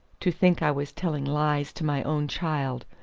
to think i was telling lies to my own child!